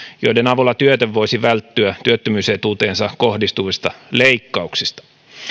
joiden avulla työtön voisi välttyä työttömyysetuuteensa kohdistuvista leikkauksista